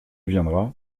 viendra